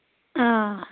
آ